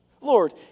Lord